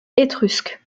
étrusque